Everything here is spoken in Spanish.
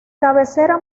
cabecera